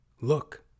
look